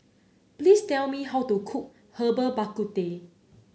please tell me how to cook Herbal Bak Ku Teh